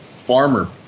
farmer